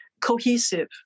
cohesive